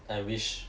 I wish